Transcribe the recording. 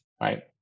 right